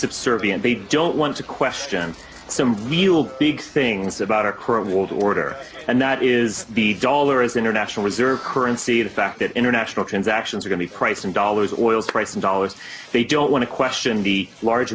subservient they don't want to question some view of big things about our current world order and that is the dollar as an international reserve currency the fact that international transactions are going to be priced in dollars oil is priced in dollars they don't want to question the large